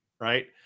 Right